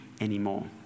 anymore